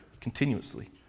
continuously